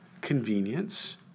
convenience